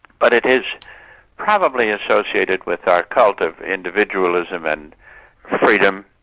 but it is probably associated with our cult of individualism and freedom,